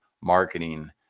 marketing